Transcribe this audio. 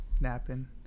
Napping